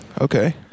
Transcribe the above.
okay